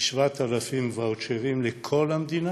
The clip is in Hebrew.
מ-7,000 ואוצ'רים לכל המדינה.